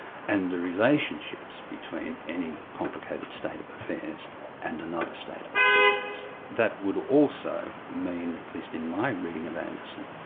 and the relationships between any complicated state of affairs and another state of affairs. that would also mean, at least in my reading of anderson,